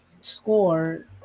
score